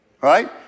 right